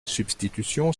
substitution